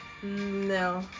No